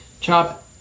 Chop